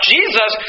Jesus